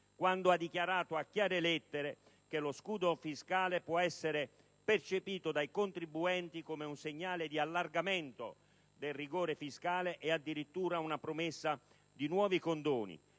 quando ha dichiarato a chiare lettere che lo scudo fiscale può essere percepito dai contribuenti come un segnale di attenuazione del rigore fiscale e addirittura una promessa di nuovi condoni,